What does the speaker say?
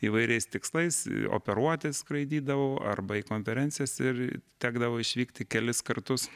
įvairiais tikslais operuoti skraidydavau arba į konferencijas ir tekdavo išvykti kelis kartus